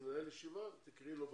כשננהל ישיבה תקראי לו בזום,